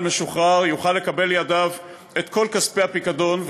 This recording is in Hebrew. משוחרר יוכל לקבל לידיו את כל כספי הפיקדון,